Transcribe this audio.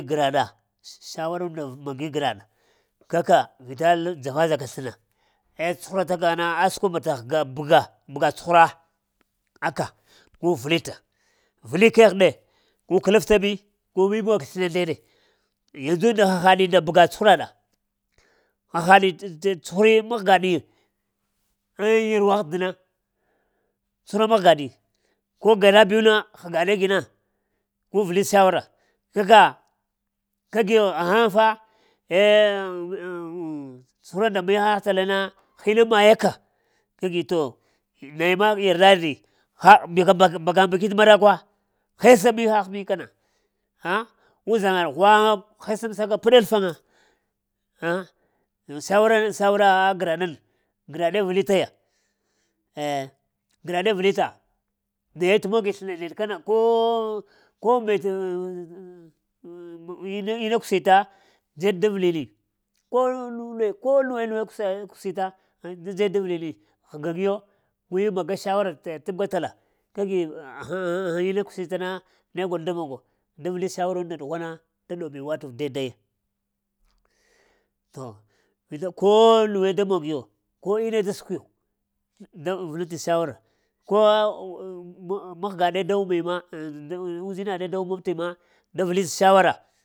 Gra ɗa sh, shawarunda magi graɗa, kaka vita lab dzava-dza ka sləna, eh cuhurata kana a sukwa bata həga bəga bata bəga cuhura akaa gu vilita villi kegh ɗe, gu kələsta mi gu mi mog sləna ndeɗe yandzu hahaɗi nda həga bəga cuhuraɗa. Hahaɗi cuhuri mahga ɗi ŋ yarwa ahdina. Cuhura mahga ɗi, ko gera biw na həga ɗe gina. Gu vili shawara, kaka, ka giyo? Ghaŋ fa eh mmu ŋ cuhura nda mihah tala na hinəŋ maye ka kagi to naga ma yarda-yardi, ha mb mbaka-mbaki t’ marakwa hesa mihah mi ka na ahha uzaŋga ɗa ghwaŋa hesəm saka peɗ-l alfaŋa aŋa sawara na- sawara graɗa na graɗe vili taya eh graɗe villi ta, naye t'mogi sləna ndeɗ kana koh ko mbete ŋ-ŋ-ŋ ina kusita dzeɗ da vlini ko na ɗe ko nu nuwe kusi yi kusi ta ŋ da dzeɗ da vəli ni ghəgəŋ yo, guyiŋ maga shawara tabga tabga fala kagi? Ghaŋ-? Ghəŋ ina kusita na ne gol da mogo da vili shawarunda ɗughwana da ɗubi wat'əv daidaiya to vita ko nuwe da mog yo, ko ine da suk yo da da vuliŋti shawara, ko ŋ mahga ɗe da wumi ma, da uzina ɗe da wumaniti ma da vili shawara,